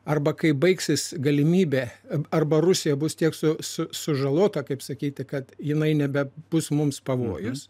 arba kaip baigsis galimybė arba rusija bus tiek su su sužalota kaip sakyti kad jinai nebebus mums pavojus